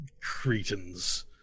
Cretans